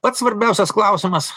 pats svarbiausias klausimas